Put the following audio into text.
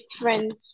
friends